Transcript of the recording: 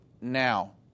now